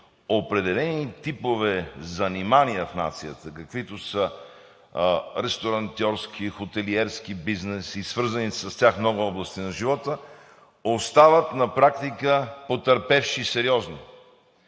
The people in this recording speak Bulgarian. определени типове занимания в нацията, каквито са ресторантьорския, хотелиерския бизнес и свързаните с тях много области на живота, остават на практика сериозно